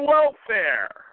Welfare